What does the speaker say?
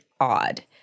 odd